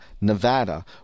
Nevada